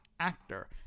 Actor